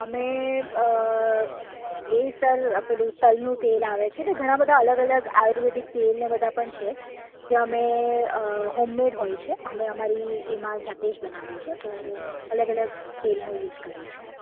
અમે એ સર આ પેલું તલનું તેલ આવે છે તે ઘણા બધાં અલગ અલગ આયુર્વેદિક તેલને બધા પણ છે જે અમે હોમમેડ હોય છે અમે અમારી એમાં જાતે જ બનાવીએ છીએ તો અલગ અલગ તેલનો યુસ કરીએ છીએ